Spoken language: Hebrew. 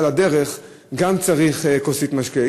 על הדרך גם צריך כוסית משקה,